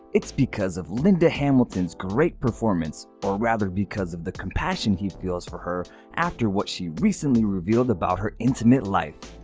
because of linda hamilton's great performance or rather because of the compassion he feels for her after what she recently revealed about her intimate life